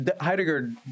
Heidegger